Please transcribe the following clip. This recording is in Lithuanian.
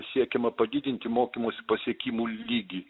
siekiama padidinti mokymosi pasiekimų lygį